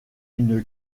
une